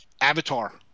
avatar